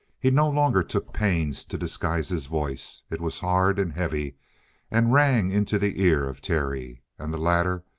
he no longer took pains to disguise his voice. it was hard and heavy and rang into the ear of terry. and the latter,